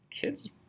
kids